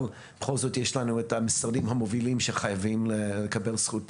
אבל בכל זאת יש לנו את המשרדים המובילים שחייבים לקבל זכות דיבור.